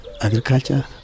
agriculture